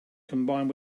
combined